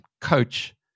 coach